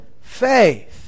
faith